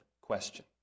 question